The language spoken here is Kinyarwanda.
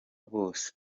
bose